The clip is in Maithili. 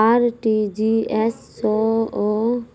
आर.टी.जी.एस सअ